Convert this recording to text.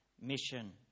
mission